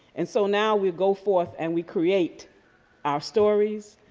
and so now we go forth and we create our stories,